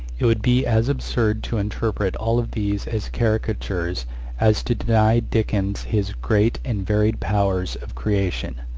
it would be as absurd to interpret all of these as caricatures as to deny dickens his great and varied powers of creation.